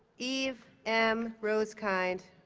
eve m. rosekind